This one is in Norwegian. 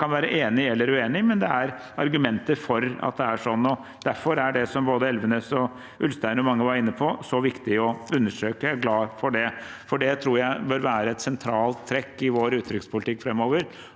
Man kan være enig eller uenig, men det er argumenter for at det er sånn, og derfor er det som både Elvenes, Ulstein og mange var inne på, så viktig å understreke. Jeg er glad for det, for det tror jeg bør være et sentralt trekk i vår utenrikspolitikk framover